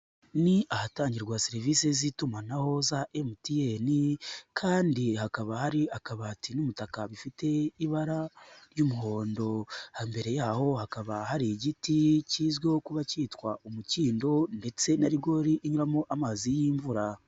Ni ahatangirwa serivisi z'itumanaho za mtn, kandi hakaba hari akabati n'umutaka bifite ibara ry'umuhondo. Imbere yaho hakaba hari igiti kizwiho kuba cyitwa umukindo, ndetse na rigori inyuramo amazi y'imvura.